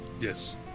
Yes